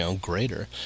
greater